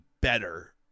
better